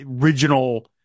original